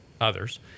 others